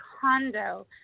condo